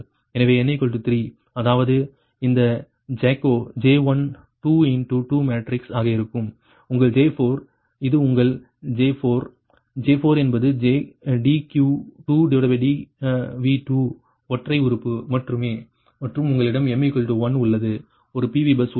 எனவே n 3 அதாவது இந்த ஜேக்கோ J1 2 இன்டு 2 மேட்ரிக்ஸ் ஆக இருக்கும் உங்கள் J4 இது உங்கள் J4 J4 என்பது dQ2dV2 ஒற்றை உறுப்பு மட்டுமே மற்றும் உங்களிடம் m 1 உள்ளது ஒரு PV பஸ் உள்ளது